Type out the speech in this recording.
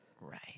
right